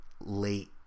late